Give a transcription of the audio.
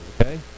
okay